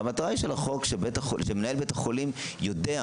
המטרה של החוק היא שמנהל בית החולים יודע,